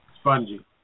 Spongy